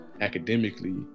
academically